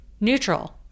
neutral